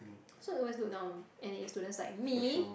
so they always look down on N_A students like me